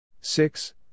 six